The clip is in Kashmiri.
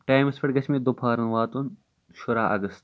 ٹایمَس پٮ۪ٹھ گژھِ مےٚ دُپہٲرن واتُن شُرہ اَگست